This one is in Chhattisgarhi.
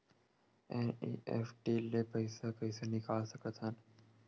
एन.ई.एफ.टी ले पईसा कइसे निकाल सकत हन?